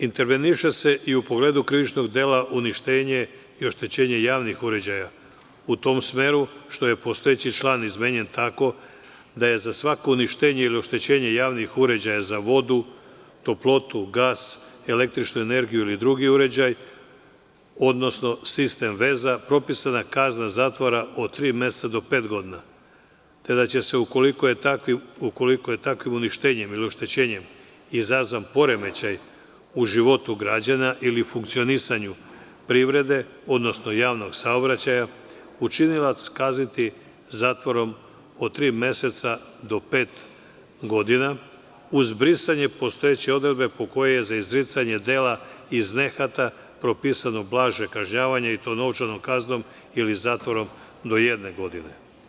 Interveniše se i u pogledu krivičnog dela – uništenje i oštećenje javnih uređaja, u tom smeru što je postojeći član izmenjen tako da je za svako uništenje ili oštećenje javnih uređaja za vodu, toplotu, gas, električnu energiju ili drugi uređaj, odnosno sistem veza, propisana kazna zatvora od tri meseca do pet godina, te da će se, ukoliko se takvim uništenjem ili oštećenjem izazove poremećaj u životu građana ili funkcionisanju privrede, odnosno javnog saobraćaja, učinilac kazniti zatvorom od tri meseca do pet godina, uz brisanje postojeće odredbe po kojoj je za izricanje dela iz nehata propisano blaže kažnjavanje i to novčanom kaznom ili zatvorom do jedne godine.